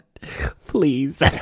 Please